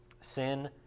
sin